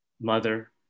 mother